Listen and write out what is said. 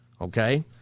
Okay